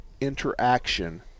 interaction